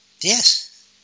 Yes